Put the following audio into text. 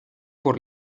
por